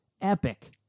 Epic